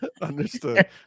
understood